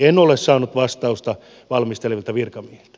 en ole saanut vastausta valmistelevilta virkamiehiltä